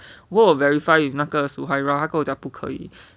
我有 verify with 那个 sahara 他跟我讲不可以